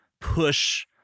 push